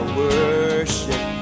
worship